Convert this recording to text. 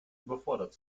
überfordert